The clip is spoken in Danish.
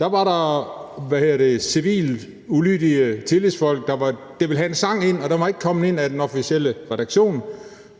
der var der civilt ulydige tillidsfolk, der ville have en sang ind i bogen, som ikke var kommet med af den officielle redaktion.